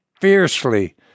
fiercely